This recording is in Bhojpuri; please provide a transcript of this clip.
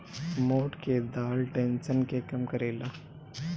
मोठ के दाल टेंशन के कम करेला